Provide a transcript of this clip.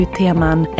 teman